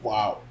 Wow